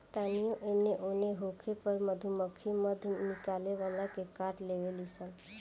तानियो एने ओन होखे पर मधुमक्खी मध निकाले वाला के काट लेवे ली सन